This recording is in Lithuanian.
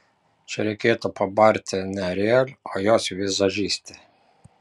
čia reikėtų pabarti ne ariel o jos vizažistę